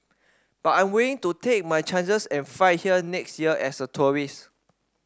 but I'm willing to take my chances and fly here next year as a tourist